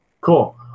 cool